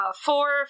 four